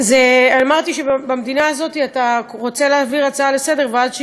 אמרתי שבמדינה הזאת אתה רוצה להעביר הצעה לסדר-יום ואז,